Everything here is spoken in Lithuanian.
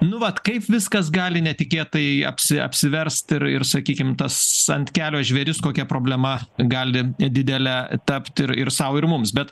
nu vat kaip viskas gali netikėtai apsi apsiverst ir ir sakykim tas ant kelio žvėris kokia problema gali didele tapt ir ir sau ir mums bet